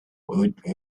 woot